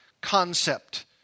concept